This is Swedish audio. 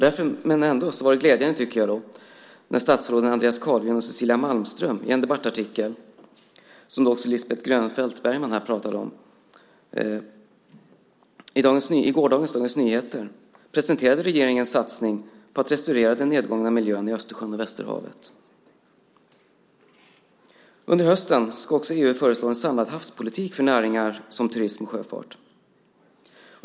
Därför var det också glädjande när statsråden Andreas Carlgren och Cecilia Malmström i en debattartikel, som också Lisbeth Grönfeldt Bergman talade om här, i gårdagens Dagens Nyheter presenterade regeringens satsning på att restaurera den nedgångna miljön i Östersjön och Västerhavet. Under hösten ska EU föreslå en samlad havspolitik för näringar som turism och sjöfart.